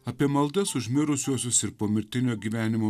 apie maldas už mirusiuosius ir pomirtinio gyvenimo